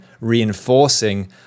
reinforcing